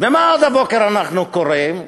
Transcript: ומה עוד אנחנו קוראים הבוקר?